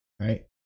right